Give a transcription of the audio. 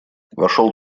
вошел